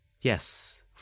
Yes